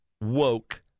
woke